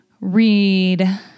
read